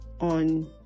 on